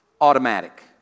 automatic